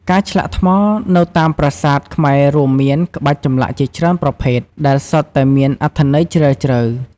ការឆ្លាក់ថ្មនៅតាមប្រាសាទខ្មែររួមមានក្បាច់ចម្លាក់ជាច្រើនប្រភេទ ដែលសុទ្ធតែមានអត្ថន័យជ្រាលជ្រៅ។